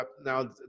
Now